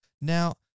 Now